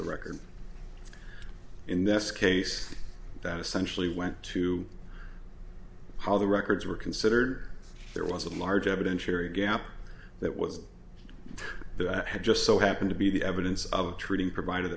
the record in this case that essentially went to how the records were considered there was a large evidentiary gap that was that i had just so happened to be the evidence of treating provided